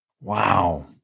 Wow